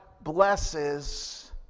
blesses